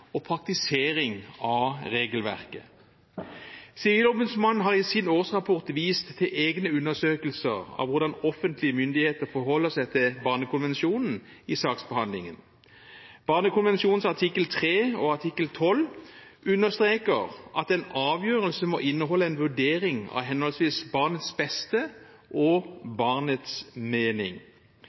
og praktisering av regelverket. Sivilombudsmannen har i sin årsrapport vist til egne undersøkelser av hvordan offentlige myndigheter forholder seg til barnekonvensjonen i saksbehandlingen. Barnekonvensjonens artikkel 3 og artikkel 12 understreker at en avgjørelse må inneholde en vurdering av henholdsvis barnets beste og barnets mening.